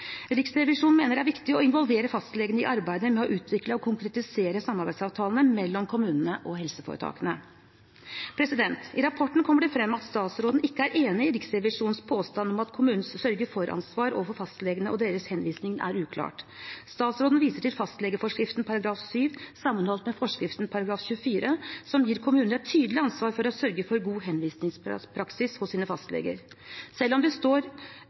Riksrevisjonen mener det er viktig å involvere fastlegene i arbeidet med å utvikle og konkretisere samarbeidsavtalene mellom kommunene og helseforetakene. I rapporten kommer det frem at statsråden ikke er enig i Riksrevisjonens påstand om at kommunens sørge-for-ansvar overfor fastlegene og deres henvisning er uklart. Statsråden viser til fastlegeforskriften § 7 sammenholdt med forskriften § 24 som gir kommunene et tydelig ansvar for å sørge for en god henvisningspraksis hos sine fastleger. Selv om det står